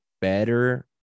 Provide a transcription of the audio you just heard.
better